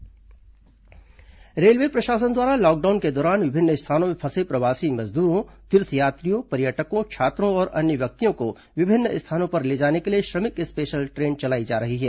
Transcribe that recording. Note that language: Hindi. रेलवे उपलब्धि रेलवे प्रशासन द्वारा लॉकडाउन के दौरान विभिन्न स्थानों में फंसे प्रवासी मजदूरों तीर्थयात्रियों पर्यटकों छात्रों और अन्य व्यक्तियों को विभिन्न स्थानों पर ले जाने के लिए श्रमिक स्पेशल ट्रेन चलाई जा रही है